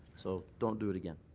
so don't do it again.